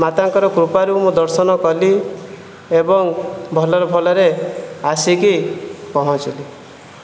ମାତାଙ୍କର କୃପାରୁ ମୁଁ ଦର୍ଶନ କଲି ଏବଂ ଭଲରେ ଭଲରେ ଆସିକି ପହଞ୍ଚିଲି